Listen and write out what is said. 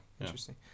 interesting